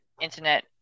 internet